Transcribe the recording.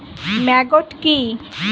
Maggot কি?